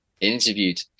interviewed